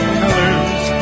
colors